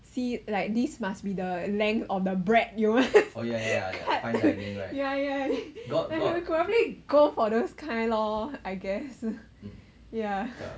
see like this must be the length of the bread cut ya ya ya we could really go for those kind lor I guess yeah